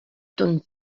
ton